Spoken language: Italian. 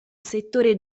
settore